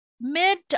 mid